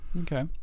Okay